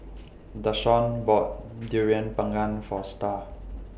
Dashawn bought Durian Pengat For STAR